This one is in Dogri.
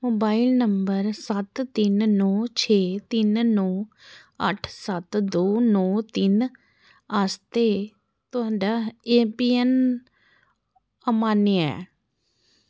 मोबाइल नंबर सत्त तिन्न नौ छे तिन्न नौ अट्ठ सत्त दो नौ तिन्न आस्तै तुं'दा ऐम्मपिन अमान्य ऐ